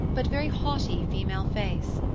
but very haughty female face.